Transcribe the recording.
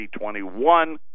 2021